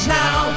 now